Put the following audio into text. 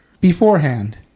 beforehand